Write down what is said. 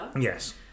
Yes